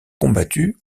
combattu